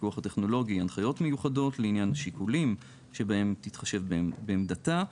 הפיקוח הטכנולוגי הנחיות מיוחדות לעניין השיקולים שבהם תתחשב בעמדתה,